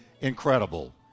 incredible